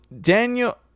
Daniel